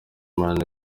imana